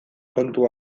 kontu